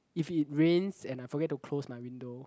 if it rains and I forget to close my window